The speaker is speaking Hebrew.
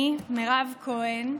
אני, מירב כהן,